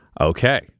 Okay